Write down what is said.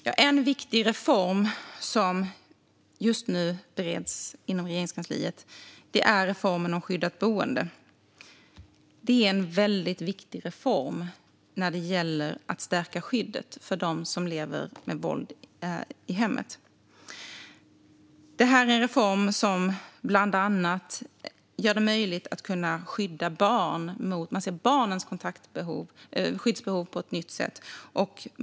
Fru talman! En viktig reform som just nu bereds inom Regeringskansliet är reformen om skyddat boende. Den är väldigt viktig för att stärka skyddet för dem som lever med våld i hemmet. Det är en reform som bland annat gör det möjligt att skydda barn. Man ser barnens skyddsbehov på ett nytt sätt.